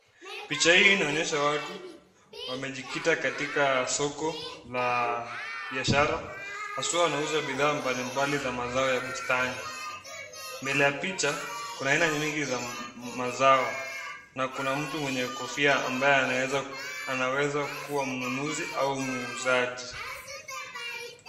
Picha hii inaonyesha watu wamejikita katika soko la biashara. Haswa wanauza bidhaa mbalimbali za mazao ya bustani. Mbele ya picha kuna aina mingi za mazao na kuna mtu mwenye kofia ambaye anaweza kuwa mnunuzi au muuzaji.